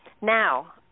now